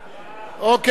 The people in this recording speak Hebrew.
אוקיי.